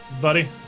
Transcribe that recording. buddy